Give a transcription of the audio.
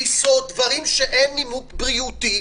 טיסות דברים שאין לגביהם נימוק בריאותי.